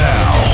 Now